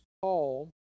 Paul